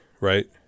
right